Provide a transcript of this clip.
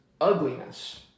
ugliness